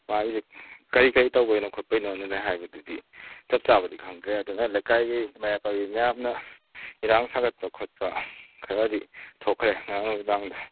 ꯃꯥꯒꯤꯁꯤ ꯀꯔꯤ ꯀꯔꯤ ꯇꯧꯕꯩꯅꯣ ꯈꯣꯠꯄꯩꯅꯣꯅ ꯍꯥꯏꯕꯗꯨꯗꯤ ꯆꯞ ꯆꯥꯕꯗꯤ ꯈꯪꯗ꯭ꯔꯦ ꯑꯗꯨꯅ ꯂꯩꯀꯥꯏꯒꯤ ꯃꯩꯔꯥ ꯄꯥꯏꯕꯤ ꯃꯌꯥꯝꯅ ꯏꯔꯥꯡ ꯁꯥꯒꯠꯄ ꯈꯣꯠꯄ ꯈꯔꯗꯤ ꯊꯣꯛꯈ꯭ꯔꯦ ꯉꯔꯥꯡ ꯅꯨꯃꯤꯗꯥꯡꯗ